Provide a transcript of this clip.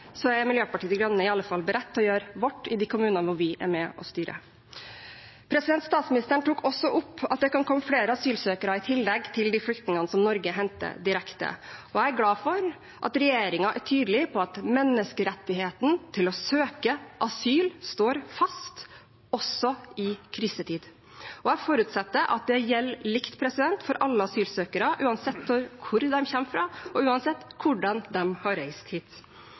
er Miljøpartiet De Grønne i alle fall beredt til å gjøre vårt i de kommunene hvor vi er med og styrer. Statsministeren tok også opp at det kan komme flere asylsøkere i tillegg til de flyktningene som Norge henter direkte, og jeg er glad for at regjeringen er tydelig på at menneskerettigheten til å søke asyl står fast også i krisetid. Jeg forutsetter at det gjelder likt for alle asylsøkere, uansett hvor de kommer fra, og uansett hvordan de har reist